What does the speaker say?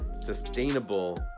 sustainable